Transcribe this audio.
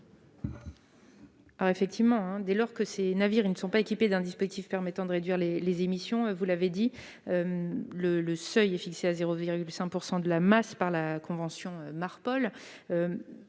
Gouvernement ? Dès lors que ces navires ne sont pas équipés d'un dispositif permettant de réduire les émissions, le seuil est effectivement fixé à 0,5 % de la masse par la convention Marpol.